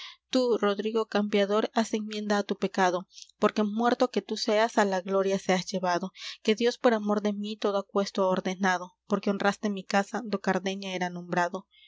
tú rodrigo campeador haz enmienda á tu pecado porque muerto que tú seas á la gloria seas llevado que dios por amor de mí todo aquesto ha ordenado porque honraste mi casa do cardeña era nombrado